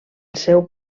seu